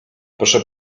proszę